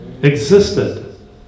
existed